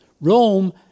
Rome